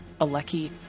Aleki